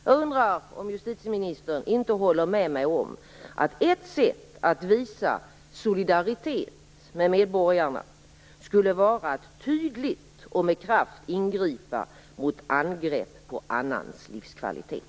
Jag undrar om justitieministern inte håller med mig om att ett sätt att visa solidaritet med medborgarna skulle vara att tydligt och med kraft ingripa mot angrepp på annans livskvalitet.